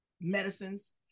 medicines